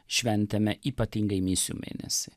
šventėme ypatingąjį misijų mėnesį